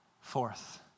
Fourth